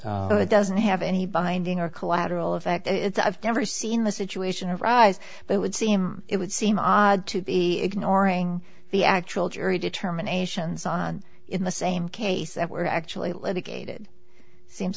frankly it doesn't have any binding or collateral effect it's i've never seen the situation arise but it would seem it would seem odd to be ignoring the actual jury determinations on in the same case that were actually litigated seems